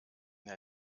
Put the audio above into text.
der